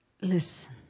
Listen